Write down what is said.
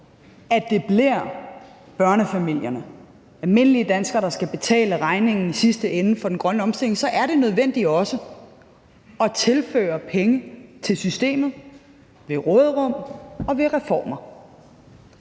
at det bliver børnefamilierne, almindelige danskere, der i sidste ende skal betale regningen for den grønne omstilling, er det også nødvendigt at tilføre penge til systemet via råderummet og reformer.